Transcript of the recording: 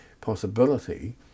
possibility